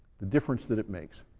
the difference that it makes.